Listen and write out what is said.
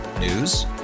News